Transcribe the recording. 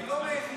ביום היחיד